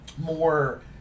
more